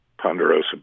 ponderosa